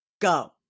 Go